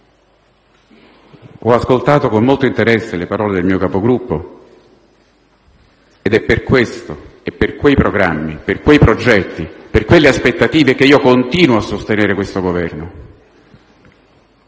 Ho ascoltato con molto interesse le parole del mio Capogruppo ed è per questo e per quei programmi, per quei progetti, per quelle aspettative che io continuo a sostenere questo Governo.